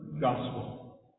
gospel